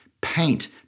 Paint